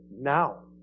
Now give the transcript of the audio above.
now